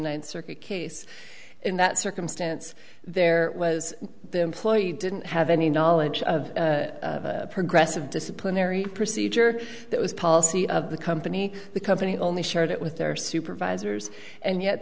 ninth circuit case in that circumstance there was the employee didn't have any knowledge of progressive disciplinary procedure that was policy of the company the company only shared it with their supervisors and yet